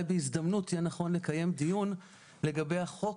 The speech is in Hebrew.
בהזדמנות יהיה נכון לקיים דיון לגבי החוק,